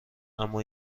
اما